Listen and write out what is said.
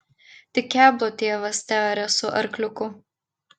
tik keblo tėvas tearė su arkliuku